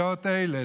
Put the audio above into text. בשעות אלה,